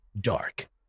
dark